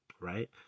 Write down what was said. right